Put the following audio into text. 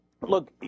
Look